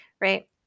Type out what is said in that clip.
right